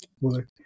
work